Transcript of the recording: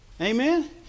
Amen